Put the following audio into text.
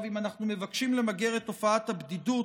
אם אנחנו מבקשים למגר את תופעת הבדידות,